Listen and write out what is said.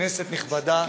כנסת נכבדה,